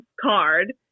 card